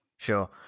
Sure